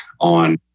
on